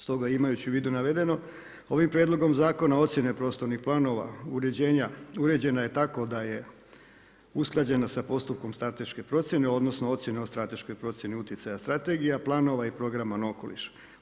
Stoga imajući u vidu navedeno ovim prijedlogom zakona ocjene prostornih planova uređena je tako da je usklađena sa postupkom strateške procjene, odnosno ocjene o strateškoj procjeni utjecaja strategija, planova i programa na okoliš.